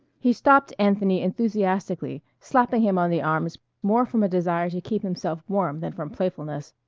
he stopped anthony enthusiastically, slapping him on the arms more from a desire to keep himself warm than from playfulness,